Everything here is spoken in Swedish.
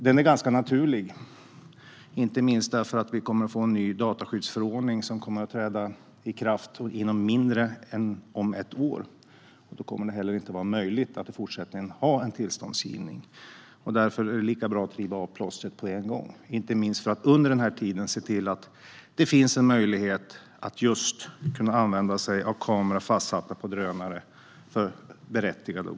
Denna är ganska naturlig, inte minst därför att vi kommer att få en ny dataskyddsförordning som kommer att träda i kraft om mindre än ett år. Tillståndsgivning kommer inte att vara möjlig i fortsättningen, och därför är det lika bra att riva av plåstret på en gång, inte minst för att under denna tid se till att det för berättigade och goda ändamål finns en möjlighet att kunna använda sig av kameror fastsatta på drönare.